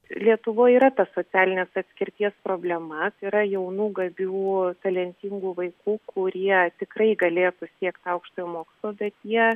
lietuvoj yra ta socialinės atskirties problema yra jaunų gabių talentingų vaikų kurie tikrai galėtų siekt aukštojo mokslo bet jie